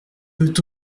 peut